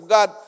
God